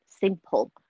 simple